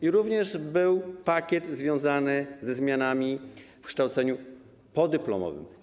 Był również pakiet związany ze zmianami w kształceniu podyplomowym.